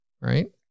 right